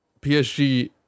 PSG